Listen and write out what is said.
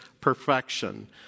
perfection